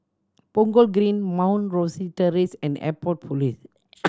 Punggol Green Mount Rosie Terrace and Airport Police